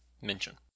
mention